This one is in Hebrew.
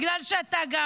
בגלל שאתה גם,